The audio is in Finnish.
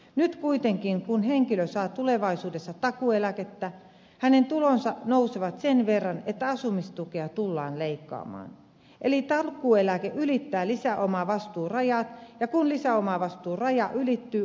nyt kuitenkin kun henkilö saa tulevaisuudessa takuueläkettä hänen tulonsa nousevat sen verran että asumistukea tullaan leikkaamaan eli takuueläke ylittää lisäomavastuurajat ja kun lisäomavastuuraja ylittyy asumistuki pienenee